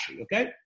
okay